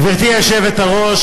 גברתי היושבת-ראש,